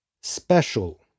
special